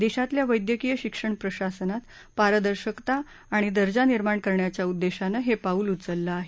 देशातल्या वैद्यकीय शिक्षण प्रशासनात पारदर्शकता आणि दर्जा निर्माण करण्याच्या उद्देशानं हे पाऊल उचललं आहे